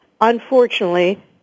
unfortunately